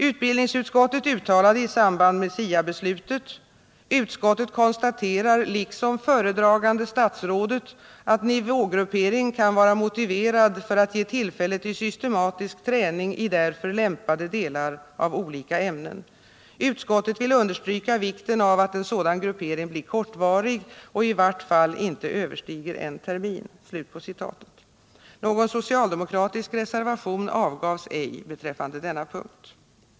Utbildningsutskottet uttalade i samband med SIA-beslutet: ”Utskottet konstaterar liksom föredragande statsrådet att nivågruppering kan vara motiverad för att ge tillfälle till systematisk träning i därför lämpade delar av olika ämnen. Utskottet vill understryka vikten av att en sådan gruppering blir kortvarig och i vart fall inte överstiger en termin.” Någon socialdemokratisk reservation avgavs ej beträffande denna punkt.